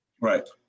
Right